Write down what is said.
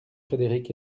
frédéric